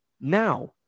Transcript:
Now